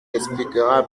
expliquera